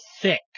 thick